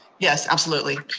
yes, absolutely.